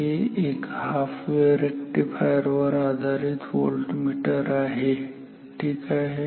हे एक half wave rectifier वर आधारित व्होल्टमीटर आहे ठीक आहे